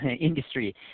industry